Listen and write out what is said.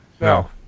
No